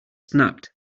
snapped